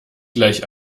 gleich